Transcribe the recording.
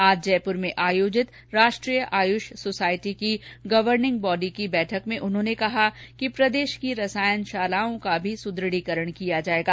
आज जयपुर में आयोजित राष्ट्रीय आयुष सोसायटी की गवर्निंग बॉडी की बैठक में उन्होंने कहा कि प्रदेश की रसायनशालाओं का भी सुद्रढ़ीकरण किया जाएगा